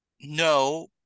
No